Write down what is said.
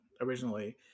originally